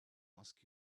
ask